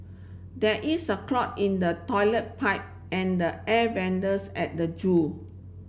there is a clog in the toilet pipe and the air at the zoo